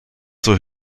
zur